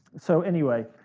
so anyway,